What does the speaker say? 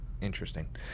Interesting